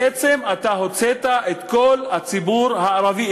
בעצם אתה הוצאת את כל הציבור הערבי,